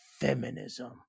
feminism